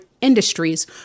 industries